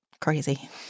crazy